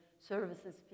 services